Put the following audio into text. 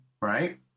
right